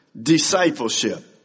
discipleship